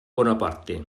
bonaparte